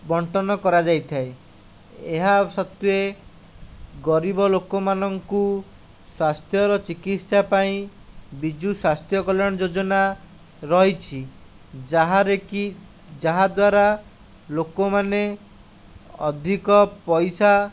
ବଣ୍ଟନ କରାଯାଇଥଏ ଏହାସତ୍ତ୍ୱେ ଗରିବଲୋକମାନଙ୍କୁ ସ୍ଵାସ୍ଥ୍ୟର ଚିକିତ୍ସା ପାଇଁ ବିଜୁ ସ୍ଵାସ୍ଥ୍ୟ କଲ୍ୟାଣ ଯୋଜନା ରହିଛି ଯାହାର କି ଯାହା ଦ୍ୱାରା ଲୋକମାନେ ଅଧିକ ପଇସା